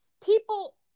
people